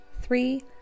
three